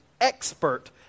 expert